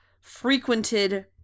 frequented